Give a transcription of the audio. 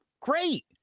Great